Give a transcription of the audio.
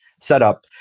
setup